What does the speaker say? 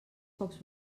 pocs